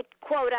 Quote